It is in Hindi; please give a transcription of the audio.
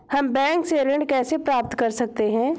हम बैंक से ऋण कैसे प्राप्त कर सकते हैं?